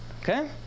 Okay